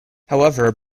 however